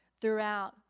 throughout